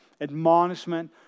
admonishment